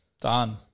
Done